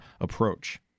approach